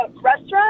restaurant